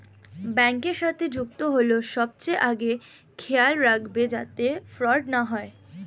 ব্যাংকের সাথে যুক্ত হল সবচেয়ে আগে খেয়াল রাখবে যাতে ফ্রড না হয়